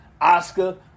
Oscar